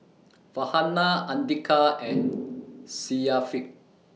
Farhanah Andika and Syafiq